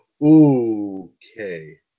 Okay